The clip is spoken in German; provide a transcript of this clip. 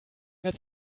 mehr